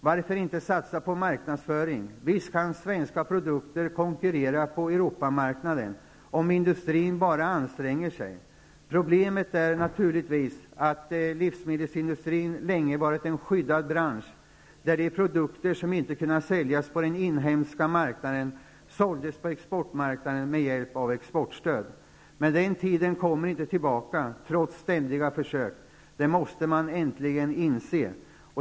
Varför satsar man inte på marknadsföring? Visst kan svenska produkter konkurrera på Europamarknaden, om industrin bara anstränger sig. Problemet är naturligtvis att livsmedelsindustrin länge har varit en skyddad bransch, där de produkter som inte kunde säljas på den inhemska marknaden såldes på exportmarknaden med hjälp av exportstöd. Men den tiden kommer inte tillbaka, trots ständiga försök. Detta måste man äntligen inse.